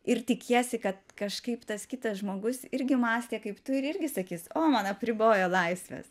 ir tikiesi kad kažkaip tas kitas žmogus irgi mąstė kaip tu ir irgi sakys o man apribojo laisves